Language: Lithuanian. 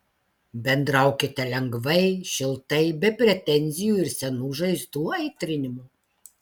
bendraukite lengvai šiltai be pretenzijų ir senų žaizdų aitrinimo